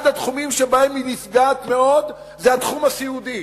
אחד התחומים שבהם היא נפגעת מאוד זה התחום הסיעודי.